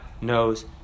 knows